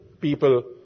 people